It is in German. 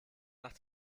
nach